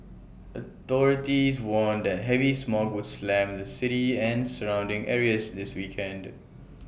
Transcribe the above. authorities warned that heavy smog would slam the city and surrounding areas this weekend